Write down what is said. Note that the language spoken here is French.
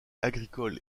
agricole